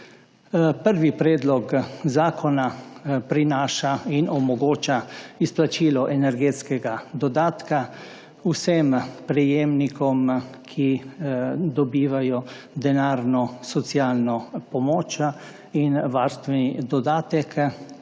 Prvi predlog zakona prinaša in omogoča izplačilo energetskega dodatka vsem prejemnikom, ki dobivajo denarno socialno pomoč in varstveni dodatek,